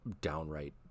downright